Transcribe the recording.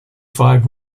five